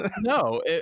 no